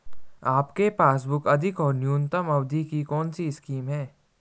आपके पासबुक अधिक और न्यूनतम अवधि की कौनसी स्कीम है?